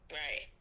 right